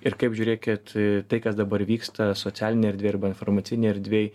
ir kaip žiūrėkit tai kas dabar vyksta socialinėj erdvėj arba informacinėj erdvėj